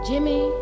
Jimmy